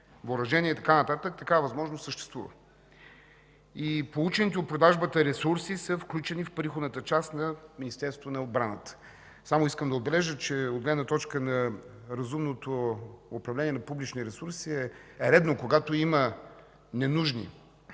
въоръжение, такава възможност съществува. Получените от продажбата ресурси са включени в приходната част на Министерството на отбраната. Само искам да отбележа, че от гледна точка на разумното управление на публични ресурси е редно, когато има ненужни